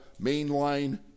mainline